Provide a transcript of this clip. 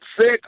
sick